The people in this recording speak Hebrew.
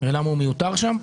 ולמה הוא מיותר שם.